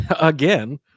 again